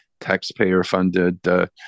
taxpayer-funded